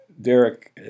Derek